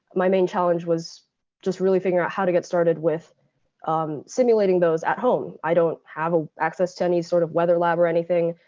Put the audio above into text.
my main challenge was just really figure out how to get started with um simulating those at home. i don't have ah access to any sort of weather lab or anything.